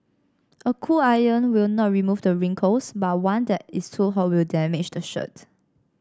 a cool iron will not remove the wrinkles but one that is too hot will damage the shirt